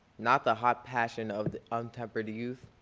not the hot passion of untempered youth,